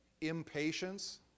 impatience